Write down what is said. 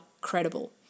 credible